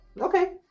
Okay